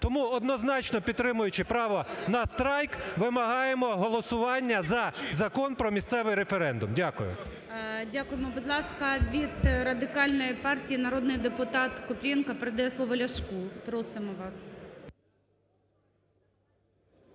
Тому, однозначно підтримуючи право на страйк, вимагаємо голосування за Закон про місцевий референдум. Дякую. ГОЛОВУЮЧИЙ. Дякуємо. Будь ласка, від Радикальної партії народний депутат Купрієнко передає слово Ляшку. Просимо вас.